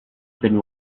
been